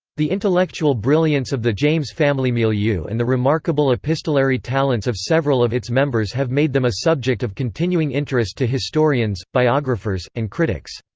the intellectual brilliance of the james family milieu and the remarkable epistolary talents of several of its members have made them a subject of continuing interest to historians, biographers, and critics.